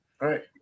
Right